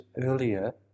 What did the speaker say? earlier